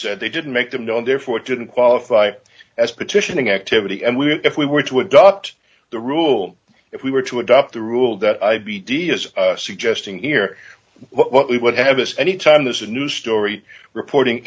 said they didn't make them known therefore it didn't qualify as petitioning activity and we if we were to adopt the rule if we were to adopt the rule that i b d is suggesting here what we would have us anytime there's a news story reporting